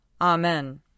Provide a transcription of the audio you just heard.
Amen